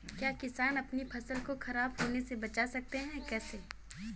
क्या किसान अपनी फसल को खराब होने बचा सकते हैं कैसे?